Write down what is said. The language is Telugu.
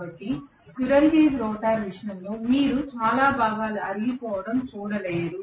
కాబట్టి స్క్విరెల్ కేజ్ రోటర్ విషయంలో మీరు చాలా భాగాలు అరిగిపోవడం చూడలేరు